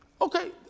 Okay